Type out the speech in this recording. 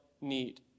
need